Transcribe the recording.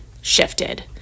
shifted